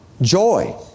joy